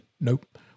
nope